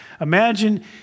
Imagine